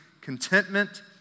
contentment